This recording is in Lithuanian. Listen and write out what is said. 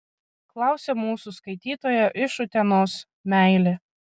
klausia mūsų skaitytoja iš utenos meilė